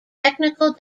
technical